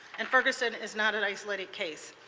and ferguson is not an isolated case.